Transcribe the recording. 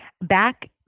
back